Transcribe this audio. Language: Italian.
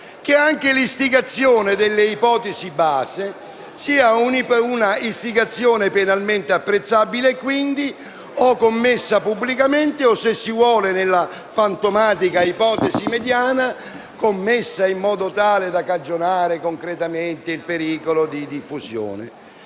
che anche l'istigazione delle ipotesi base sia una istigazione penalmente apprezzabile e quindi o commessa pubblicamente o, se si vuole, nella fantomatica ipotesi mediana, commessa in modo tale da cagionare concretamente il pericolo di diffusione.